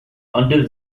until